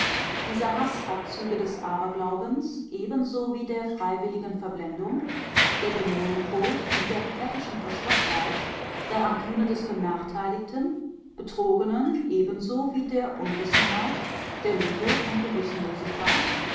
dieser haß hat züge des aberglaubens ebenso wie der freiwilligen verblendung der dämonenfurcht wie der pfäffischen verstocktheit der ranküne des benachteiligten betrogenen ebenso wie der unwissenheit der lüge und